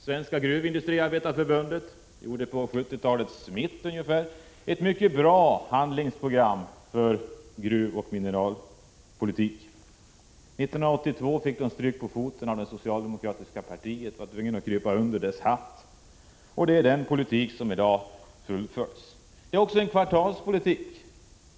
Någon gång i mitten på 1970-talet utarbetade Svenska gruvindustriarbetareförbundet ett mycket bra handlingsprogram för gruvoch mineralpolitiken. År 1982 fick förbundet stryka på foten för det socialdemokratiska partiet och anpassa sig till dess politik. Det är den politiken som fullföljs i dag. Den politiken är också en ”kvartalspolitik”.